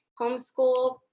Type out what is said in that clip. homeschool